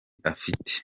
afite